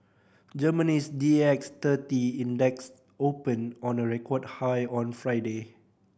Germany's D X thirty Index opened on a record high on Friday